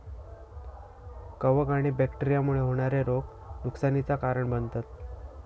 कवक आणि बैक्टेरिया मुळे होणारे रोग नुकसानीचा कारण बनतत